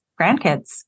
grandkids